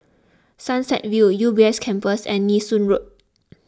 Sunset View U B S Campus and Nee Soon Road